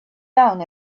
down